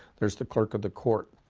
there's the clerk of the court,